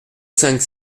cinq